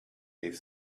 gave